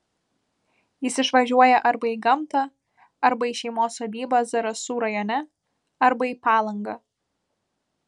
jis išvažiuoja arba į gamtą arba į šeimos sodybą zarasų rajone arba į palangą